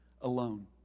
alone